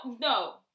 no